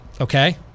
okay